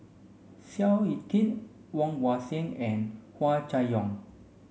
Seow Yit Kin Woon Wah Siang and Hua Chai Yong